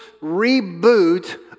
reboot